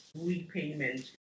repayment